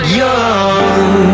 young